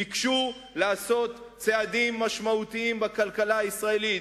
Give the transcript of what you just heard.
ביקשו לעשות צעדים משמעותיים בכלכלה הישראלית,